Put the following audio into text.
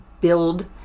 build